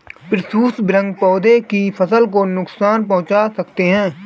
पिस्सू भृंग पौधे की फसल को नुकसान पहुंचा सकते हैं